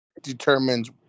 determines